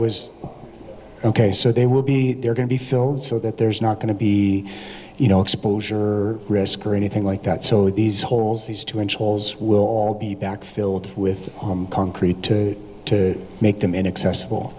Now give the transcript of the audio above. was ok so they will be there going to be filled so that there's not going to be you know exposure or risk or anything like that so these holes these two inch holes will all be back filled with concrete to make them inaccessible